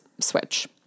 switch